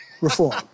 reform